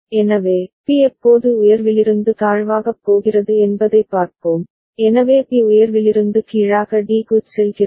எனவே பி எப்போது உயர்விலிருந்து தாழ்வாகப் போகிறது என்பதைப் பார்ப்போம் எனவே பி உயர்விலிருந்து கீழாக d க்குச் செல்கிறது